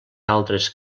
altres